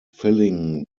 filling